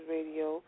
Radio